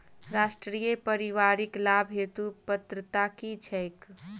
राष्ट्रीय परिवारिक लाभ हेतु पात्रता की छैक